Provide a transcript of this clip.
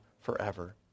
forever